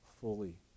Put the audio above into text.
fully